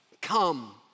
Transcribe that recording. come